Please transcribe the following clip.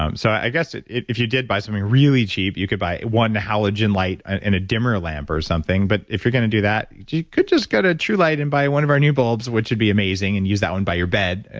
um so, i guess if you did buy something really cheap, you could buy one halogen light and a dimmer lamp or something, but if you're going to do that, you you could just go to truelight and buy one of our new bulbs which would be amazing, and use that one by your bed,